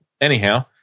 Anyhow